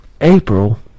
April